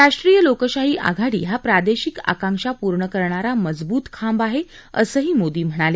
राष्ट्रीय लोकशाही आघाडी हा प्रादेशिक आकांक्षा पूर्ण करणारा मजबूत खांब आहे असंही मोदी म्हणाले